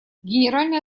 генеральной